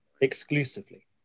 exclusively